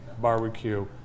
Barbecue